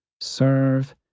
serve